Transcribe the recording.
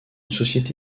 société